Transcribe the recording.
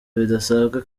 bidasanzwe